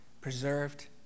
preserved